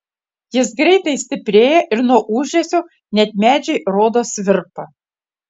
jis greitai stiprėja ir nuo ūžesio net medžiai rodos virpa